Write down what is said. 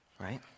right